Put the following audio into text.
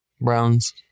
Browns